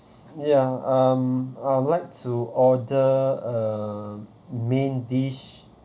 ya um I'll like to order uh main dish